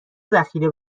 ذخیره